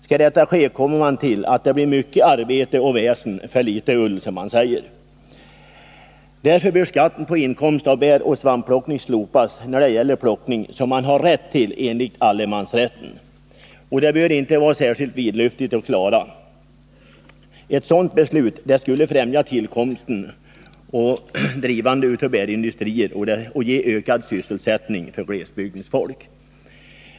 Skall kontroll ske blir det mycket arbete och väsen för lite ull, som man säger. Därför bör skatten på inkomst av bäroch svampplockning slopas när det gäller plockning som man har rätt till enligt allemansrätten. Den saken bör det inte vara särskilt vidlyftigt att klara. Ett sådant beslut skulle främja tillkomsten och drivandet av bärindustrier och ge ökad sysselsättning för glesbygdens folk.